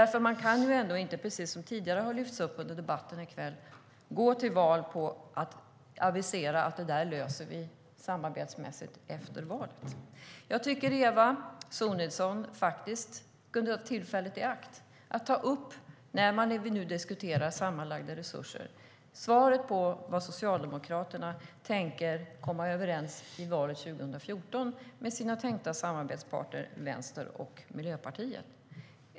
Man kan ju inte gå till val på att avisera att man ska lösa detta samarbetsmässigt efter valet. Jag tycker att Eva Sonidsson faktiskt bör ta tillfället i akt, nu när man diskuterar sammanlagda resurser, att ge svaret på vad Socialdemokraterna i valet 2014 tänker komma överens om med sina tänkta samarbetspartner Vänstern och Miljöpartiet.